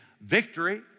victory